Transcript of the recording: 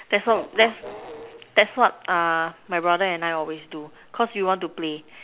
that's all that's that's what uh my brother and I always do cause we want to play